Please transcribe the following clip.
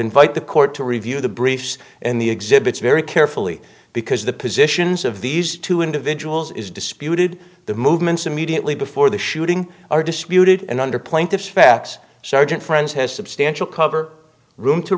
invite the court to review the briefs and the exhibits very carefully because the positions of these two individuals is disputed the movements immediately before the shooting are disputed and under plaintiff's facts sergeant friends has substantial cover r